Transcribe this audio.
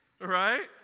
right